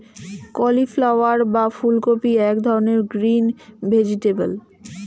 cauliflower বা ফুলকপি এক ধরনের গ্রিন ভেজিটেবল